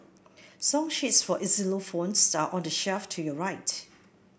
song sheets for xylophones are on the shelf to your right